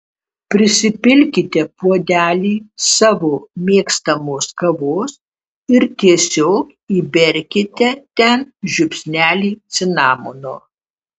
prisipilkite puodelį savo mėgstamos kavos ir tiesiog įberkite ten žiupsnelį cinamono